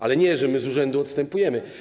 Ale nie tak, że my z urzędu odstępujemy.